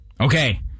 Okay